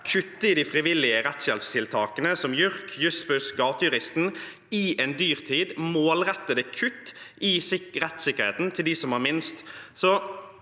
kutte i de frivillige rettshjelpstiltakene, som JURK, Jussbuss og Gatejuristen. Det er målrettede kutt i rettssikkerheten til dem som har minst.